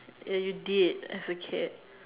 that you did as a kid